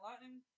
Lightning